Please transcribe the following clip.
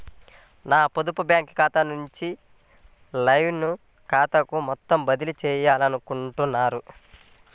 నా పొదుపు బ్యాంకు ఖాతా నుంచి లైన్ ఖాతాకు మొత్తం బదిలీ చేయాలనుకుంటున్నారా?